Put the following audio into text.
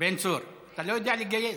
בן צור, אתה לא יודע לגייס.